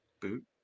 boot